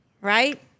right